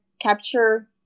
capture